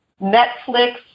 Netflix